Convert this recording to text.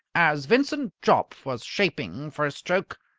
as vincent jopp was shaping for his stroke,